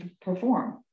perform